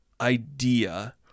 idea